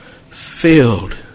Filled